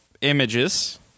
Images